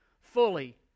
fully